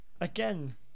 again